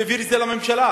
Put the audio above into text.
והעביר את זה לממשלה,